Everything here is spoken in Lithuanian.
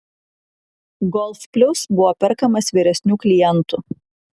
golf plius buvo perkamas vyresnių klientų